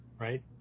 right